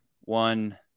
one